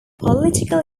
political